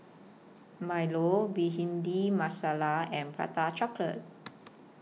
Milo Bhindi Masala and Prata Chocolate